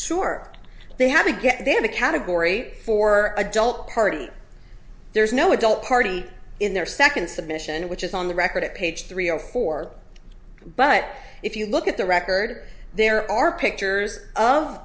sure they have a get they have a category for adult party there's no adult party in their second submission which is on the record at page three or four but if you look at the record there are pictures of